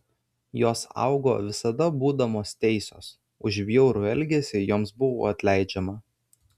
jos augo visada būdamos teisios už bjaurų elgesį joms buvo atleidžiama